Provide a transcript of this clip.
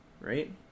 right